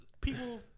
people